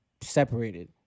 separated